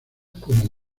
como